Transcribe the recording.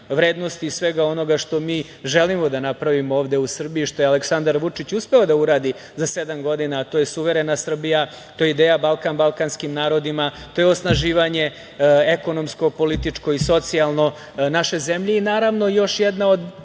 vrednosti i svega onoga što mi želimo da napravimo ovde u Srbiji, što je Aleksandar Vučić uspeo da uradi za sedam godina, a to je suverena Srbija, to je ideja Balkan balkanskim narodima, to je osnaživanje ekonomsko, političko i socijalno naše zemlje. Naravno, još jedna od